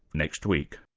next week